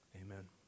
Amen